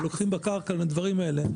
ולוקחים בקרקע ודברים כאלה.